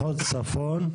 מחוז צפון,